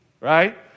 right